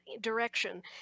direction